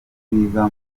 bwiza